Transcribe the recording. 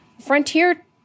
Frontier